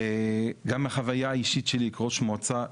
גם החוויה האישית שלי כראש מועצה,